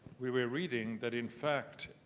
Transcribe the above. we were reading that in fact,